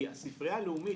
כי הספרייה הלאומית,